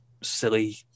silly